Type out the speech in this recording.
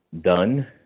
done